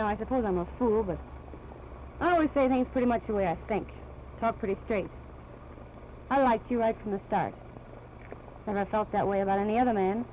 know i suppose i'm a fool but i always say things pretty much the way i think talk pretty straight i like you right from the start and i felt that way about any other m